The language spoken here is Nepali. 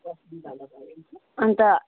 अन्त